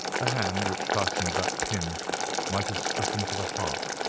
the hand which fastened that pin might have struck him to the heart,